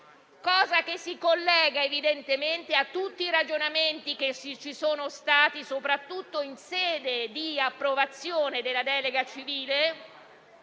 misura che si collega evidentemente a tutti i ragionamenti che ci sono stati soprattutto in sede di approvazione della delega civile,